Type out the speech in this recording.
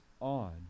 on